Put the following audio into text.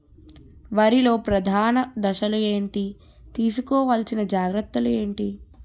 వరిలో ప్రధాన దశలు ఏంటి? తీసుకోవాల్సిన జాగ్రత్తలు ఏంటి?